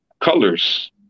colors